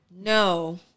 no